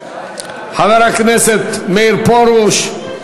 חבר הכנסת מאיר פרוש.